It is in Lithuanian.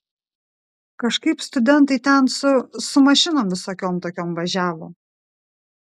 kažkaip studentai ten su su mašinom visokiom tokiom važiavo